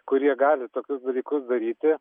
kurie gali tokius dalykus daryti